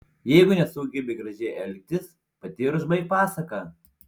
jeigu nesugebi gražiai elgtis pati ir užbaik pasaką